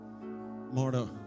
Marta